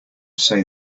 say